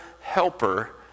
helper